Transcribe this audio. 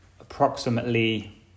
approximately